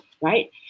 right